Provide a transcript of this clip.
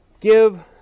Give